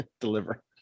deliver